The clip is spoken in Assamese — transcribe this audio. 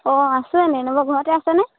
অঁ আছে এনেই নবৌ ঘৰতে আছেনে